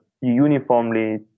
uniformly